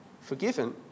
forgiven